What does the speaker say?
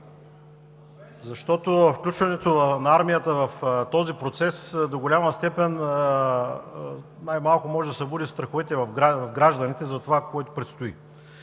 защото включването на армията в този процес до голяма степен може да събуди страховете в гражданите за това, което предстои.